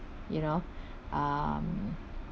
you know um